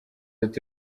ati